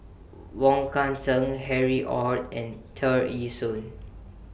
Wong Kan Seng Harry ORD and Tear Ee Soon